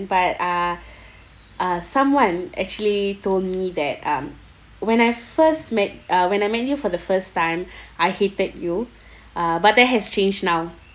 but uh uh someone actually told me that um when I first met uh when I met you for the first time I hated you uh but that has changed now